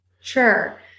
Sure